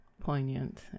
poignant